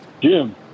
Jim